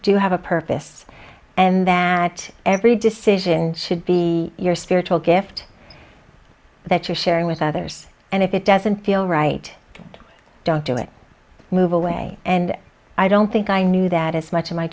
do have a purpose and that every decision should be your spiritual gift that you're sharing with others and if it doesn't feel right don't do it move away and i don't think i knew that as much in my